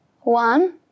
one